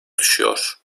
düşüyor